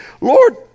Lord